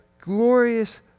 glorious